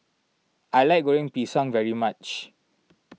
I like Goreng Pisang very much